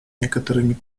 некоторыми